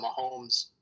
Mahomes